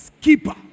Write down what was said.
keeper